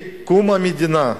מקום המדינה,